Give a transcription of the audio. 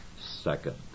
second